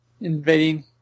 invading